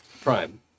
prime